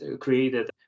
created